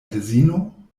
edzino